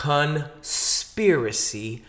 Conspiracy